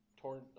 torn